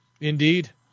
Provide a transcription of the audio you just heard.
Indeed